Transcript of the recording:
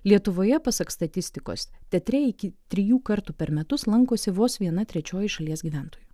lietuvoje pasak statistikos teatre iki trijų kartų per metus lankosi vos viena trečioji šalies gyventojų